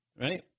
Right